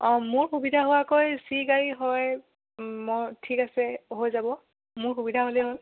অ' মোৰ সুবিধা হোৱাকৈ যি গাড়ী হয় মই ঠিক আছে হৈ যাব মোৰ সুবিধা হ'লে হ'ল